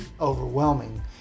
overwhelming